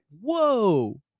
whoa